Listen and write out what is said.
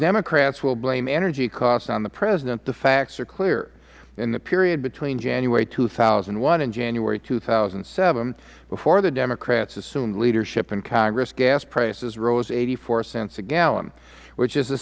democrats will blame energy costs on the president the facts are clear in the period between january two thousand and one and january two thousand and seven before the democrats assumed leadership in congress gas prices rose eighty four cents a gallon which is a